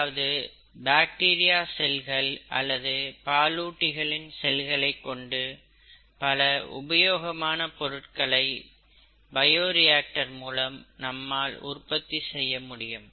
அதாவது பாக்டீரியா செல்கள் bacteria's cell அல்லது பாலூட்டிகளின் செல்களைக் mammal's cell கொண்டு பல உபயோகமான பொருட்களை பயோரியாக்டர் மூலம் நம்மால் உற்பத்தி செய்ய முடியும்